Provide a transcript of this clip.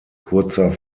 kurzer